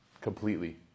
completely